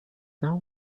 now